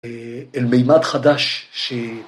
‫אל מימד חדש ש...